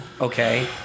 okay